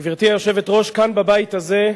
גברתי היושבת-ראש, כאן בבית הזה,